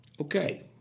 Okay